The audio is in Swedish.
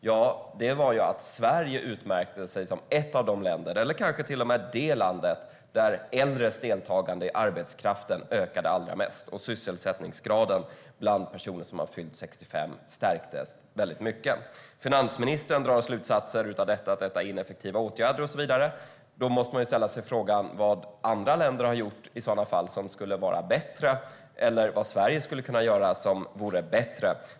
Jo, Sverige utmärkte sig som ett av de länder, eller kanske till och med som det landet, där äldres deltagande i arbetskraften ökade allra mest och där sysselsättningsgraden bland personer som har fyllt 65 stärktes. Finansministern drar slutsatsen att detta är ineffektiva åtgärder och så vidare. Då måste man fråga sig: Vad har andra länder gjort bättre i så fall? Eller vad skulle Sverige kunna göra bättre?